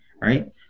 right